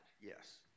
Yes